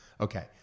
Okay